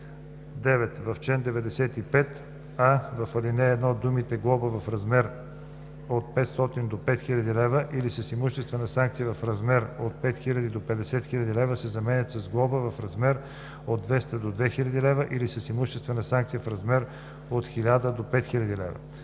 В чл. 95: а) в ал. 1 думите „глоба в размер от 500 до 5000 лв. или с имуществена санкция в размер от 5000 до 50 000 лв.“ се заменят с „глоба в размер от 200 до 2000 лв. или с имуществена санкция в размер от 1000 до 5000 лв.“;